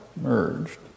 merged